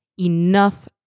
enough